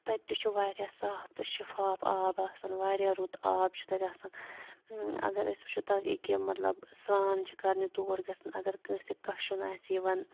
تَتہِ تہِ چھُ واریاہ صاف تہٕ شِفاف آب آسان واریاہ رُت آب چھُ تَتہِ آسان اگر أسۍ وٕچھو تَتہِ ییٚکیٛاہ مطلب سرٛان چھِ کَرنہِ تور گژھان اگر کٲنٛسہِ کَشُن آسہِ یِوان